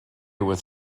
with